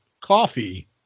coffee